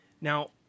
Now